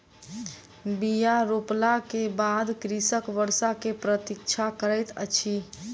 बीया रोपला के बाद कृषक वर्षा के प्रतीक्षा करैत अछि